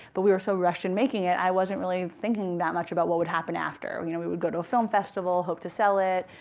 but we were so rushed in making it, i wasn't really thinking that much about what would happen after. you know we would go to a film festival, hope to sell it.